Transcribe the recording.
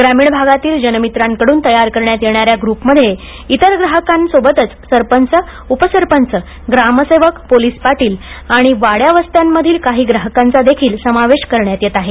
ग्रामीण भागातील जनमित्रांकडून तयार करण्यात येणाऱ्या ग्रुपमध्ये इतर ग्राहकांसोबतच सरपंच उपसरपंच ग्रामसेवक पोलीस पाटील आणि वाड्यावस्त्यांमधील काही ग्राहकांचा देखील समावेश करण्यात येत आहे